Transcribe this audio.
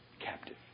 Captive